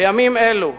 בימים אלו,